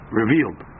revealed